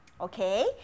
okay